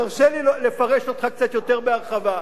תרשה לי לפרש אותך קצת יותר בהרחבה.